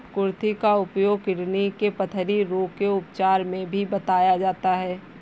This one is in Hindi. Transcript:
कुर्थी का उपयोग किडनी के पथरी रोग के उपचार में भी बताया जाता है